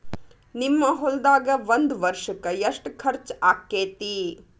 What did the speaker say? ನಿಮ್ಮ ಹೊಲ್ದಾಗ ಒಂದ್ ವರ್ಷಕ್ಕ ಎಷ್ಟ ಖರ್ಚ್ ಆಕ್ಕೆತಿ?